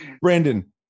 Brandon